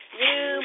new